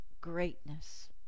greatness